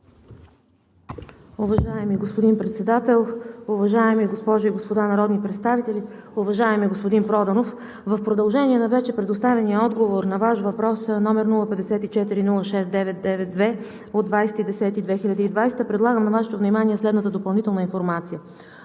Уважаеми господин Председател, уважаеми госпожи и господа народни представители! Уважаеми господин Проданов, в продължение на вече предоставения отговор на Ваш въпрос, № 054-06-992 от 20 октомври 2020 г., предлагам на Вашето внимание следната допълнителна информация.